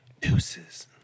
deuces